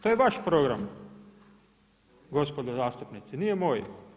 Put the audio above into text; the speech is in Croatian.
To je vaš program gospodo zastupnici nije moj.